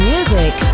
Music